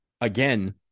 again